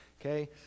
okay